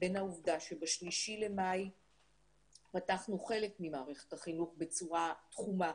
בין העובדה שב-3 למאי פתחנו חלק ממערכת החינוך בצורה תחומה,